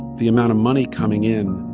the amount of money coming in